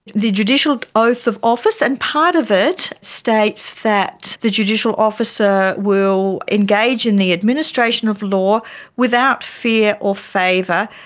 the judicial oath of office, and part of it states that the judicial officer will engage in the administration of law without fear or favour,